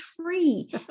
tree